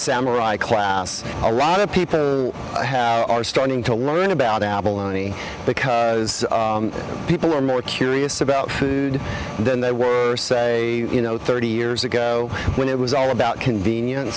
samurai class a lot of people i have are starting to learn about abalone because people are more curious about food and then they would say you know thirty years ago when it was all about convenience